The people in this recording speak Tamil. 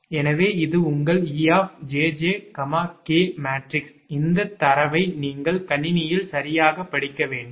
எனவே இது உங்கள் 𝑒 𝑗𝑗 𝑘 மேட்ரிக்ஸ் இந்தத் தரவை நீங்கள் கணினியில் சரியாகப் படிக்க வேண்டும்